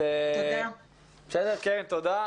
קרן, תודה.